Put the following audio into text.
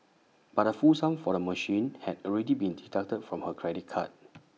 but the full sum for the machine had already been deducted from her credit card